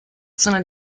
sono